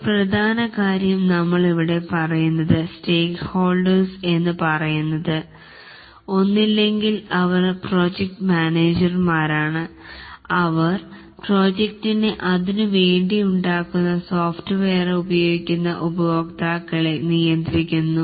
ഒരു പ്രധാന കാര്യം നമ്മൾ ഇവിടെ പറയുന്നത് സ്റ്റേക്കഹോൾഡേഴ്സ് എന്ന് പറയുന്നവർ ഒന്നില്ലെങ്കിൽ അവർ പ്രോജക്ട് മാനേജർമാരാണ് അവർ പ്രോജക്ടിനെ അതിനുവേണ്ടി ഉണ്ടാകുന്ന സോഫ്റ്റെവെസിനെ ഉപയോഗിക്കുന്ന ഉപയോക്താക്കളെ നിയന്ത്രിക്കുന്നു